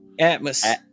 Atmos